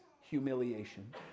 humiliation